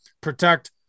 protect